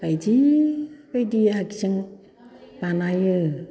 बायदि बायदि आइजें बानायो